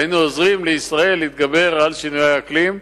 היינו עוזרים לישראל להתגבר על שינויי האקלים.